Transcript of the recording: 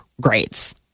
grades